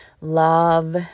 love